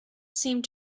seemed